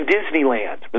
Disneyland